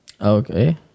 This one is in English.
Okay